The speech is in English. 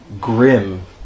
grim